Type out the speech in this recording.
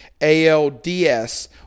ALDS